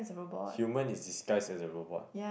human is disguise as a robot